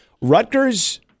Rutgers